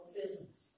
business